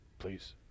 please